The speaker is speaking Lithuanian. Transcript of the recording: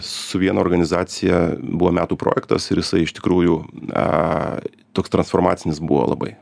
su viena organizacija buvo metų projektas ir jisai iš tikrųjų na toks transformacinis buvo labai